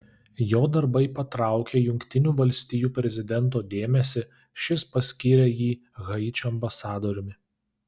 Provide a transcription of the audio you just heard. jo darbai patraukė jungtinių valstijų prezidento dėmesį šis paskyrė jį haičio ambasadoriumi